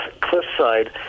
Cliffside